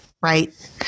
right